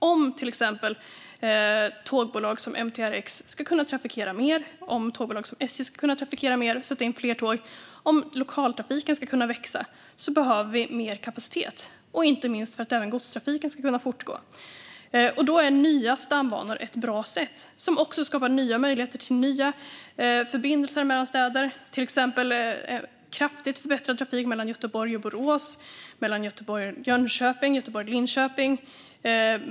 Om till exempel tågbolag som MTRX och SJ ska kunna trafikera mer och sätta in fler tåg och om lokaltrafiken ska kunna växa behöver vi mer kapacitet, inte minst för att även godstrafiken ska kunna fortgå. Då är nya stambanor ett bra sätt som också skapar nya möjligheter till nya förbindelser mellan städer, till exempel kraftigt förbättrad trafik mellan Göteborg och Borås, mellan Göteborg och Jönköping och mellan Göteborg och Linköping.